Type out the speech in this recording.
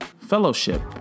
fellowship